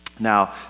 Now